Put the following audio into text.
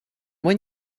when